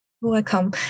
Welcome